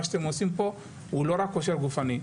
מה שאתם עושים פה זה לא רק כושר גופני,